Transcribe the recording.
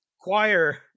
choir